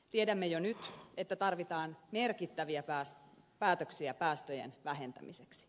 tiedämme jo nyt että tarvitaan merkittäviä päätöksiä päästöjen vähentämiseksi